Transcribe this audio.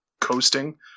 coasting